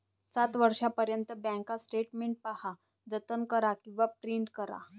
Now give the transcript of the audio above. सात वर्षांपर्यंत bank statement पहा, जतन करा किंवा प्रिंट करा